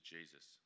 Jesus